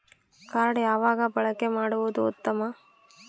Card ಯಾವಾಗ ಬಳಕೆ ಮಾಡುವುದು ಉತ್ತಮ?